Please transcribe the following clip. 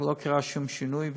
לא קרה שום שינוי,